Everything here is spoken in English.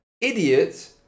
idiot